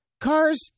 Cars